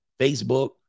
Facebook